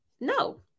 No